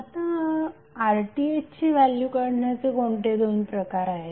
आता RThची व्हॅल्यू काढण्याचे कोणते दोन प्रकार आहेत